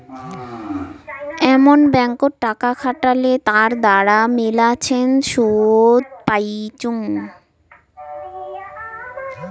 এমন ব্যাঙ্কত টাকা খাটালে তার দ্বারা মেলাছেন শুধ পাইচুঙ